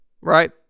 right